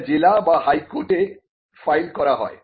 এটা জেলা বা হাইকোর্টে ফাইল করা হয়